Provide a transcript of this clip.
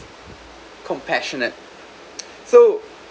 compassionate so